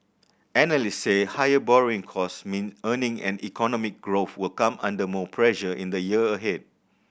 analysts say higher borrowing costs mean earning and economic growth will come under more pressure in the year ahead